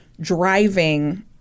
driving